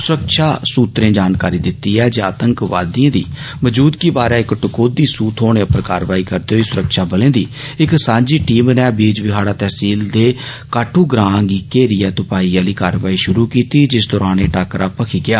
सुरक्षा सूत्रे जानकारी दित्ती ऐ जे आतंकवादिएं दी मजूदगी बारै इक टकोहदी सूह थ्होने पर कारवाई करदे होई सुरक्षाबलें दी इक सांझी टीम नै बीज बिहाड़ा तहसील दे काटू ग्रां गी घेरिए तुपाई आली कारवाई शुरू कीती जिस दौरान एह टाकरा भखी गेआ